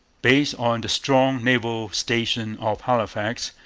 based on the strong naval station of halifax,